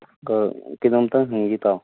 ꯀꯩꯅꯣꯝꯇ ꯍꯪꯒꯦ ꯏꯇꯥꯎ